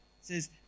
says